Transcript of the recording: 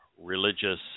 religious